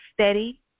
steady